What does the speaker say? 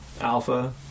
Alpha